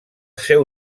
seu